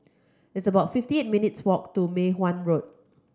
it's about fifty eight minutes' walk to Mei Hwan Road